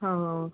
ಹೊ